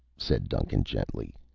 said duncan gently,